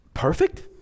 Perfect